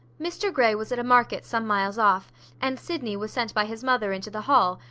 mr grey was at a market some miles off and sydney was sent by his mother into the hall,